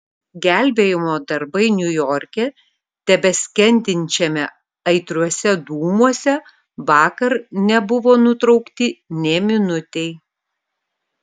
gelbėjimo darbai niujorke tebeskendinčiame aitriuose dūmuose vakar nebuvo nutraukti nė minutei